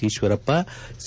Eshwarappa C